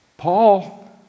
Paul